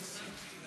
הציוני,